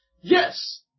Yes